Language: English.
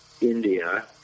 India